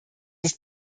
ist